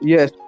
Yes